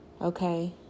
okay